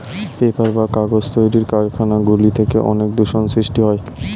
paper বা কাগজ তৈরির কারখানা গুলি থেকে অনেক দূষণ সৃষ্টি হয়